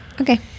okay